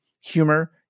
humor